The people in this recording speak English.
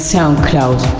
SoundCloud